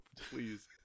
please